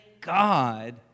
God